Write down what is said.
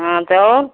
हाँ तो